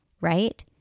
right